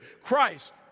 Christ